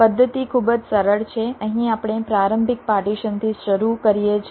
પદ્ધતિ ખૂબ જ સરળ છે અહીં આપણે પ્રારંભિક પાર્ટીશનથી શરૂ કરીએ છીએ